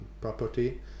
property